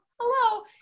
Hello